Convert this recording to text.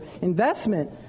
investment